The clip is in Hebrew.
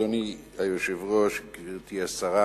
אדוני היושב-ראש, גברתי השרה,